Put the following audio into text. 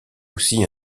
aussi